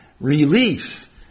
relief